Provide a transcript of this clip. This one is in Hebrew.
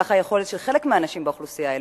כך היכולת של חלק מהאנשים באוכלוסייה,